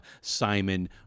Simon